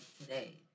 today